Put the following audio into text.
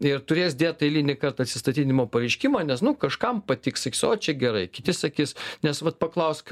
ir turės dėt eilinį kartą atsistatydinimo pareiškimą nes nu kažkam patiks sakys o čia gerai kiti sakys nes vat paklausk